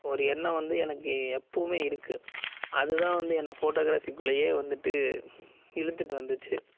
ஒரு எண்ணம் வந்து நமக்கு எப்போதுமே இருக்குது அதுதான் வந்து என்னை ஃபோட்டோகிராஃபிக்குள்ளேயே வந்துட்டு இழுத்துகிட்டு வந்துச்சு